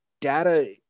data